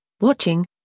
watching